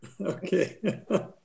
Okay